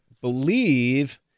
believe